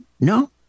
No